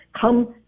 come